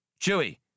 Chewie